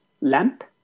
lamp